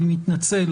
אני מתנצל